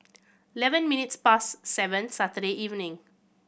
eleven minutes past seven Saturday evening